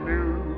New